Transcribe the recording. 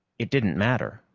it didn't matter,